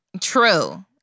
True